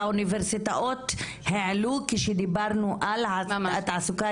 אלו אותן טענות שהאוניברסיטאות העלו כשדיברנו על התעסוקה